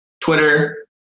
Twitter